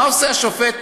מה עושה השופט?